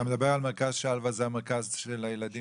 אתה מדבר על מרכז שלווה, זה המרכז של הילדים?